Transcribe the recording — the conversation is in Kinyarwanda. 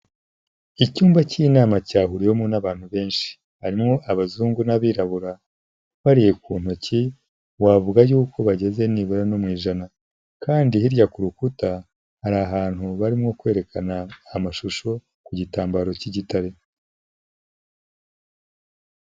Icyumba cy'inama cyahuriwemo n'abantu benshi, harimo abazungu n'abirabura, ubariye ku ntoki wavuga yuko bageze nibura no mu ijana, kandi hirya ku rukuta hari ahantu barimo kwerekana amashusho ku gitambaro cy'igitare.